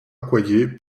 accoyer